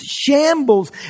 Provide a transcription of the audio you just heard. shambles